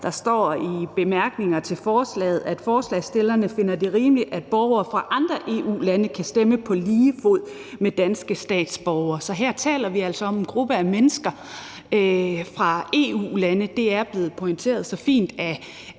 at der i bemærkningerne til forslaget lige nøjagtig står, at forslagsstillerne finder det rimeligt, at borgere fra andre EU-lande kan stemme på lige fod med danske statsborgere. Så her taler vi altså om en gruppe af mennesker fra EU-lande. Det er blevet pointeret så fint af